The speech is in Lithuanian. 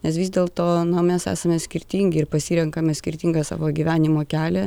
nes vis dėl to na mes esame skirtingi ir pasirenkame skirtingą savo gyvenimo kelią